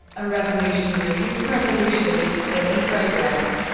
a revolutionary whose revolution is still in progress.